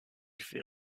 fait